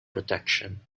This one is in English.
protection